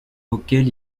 auquel